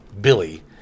Billy